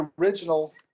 original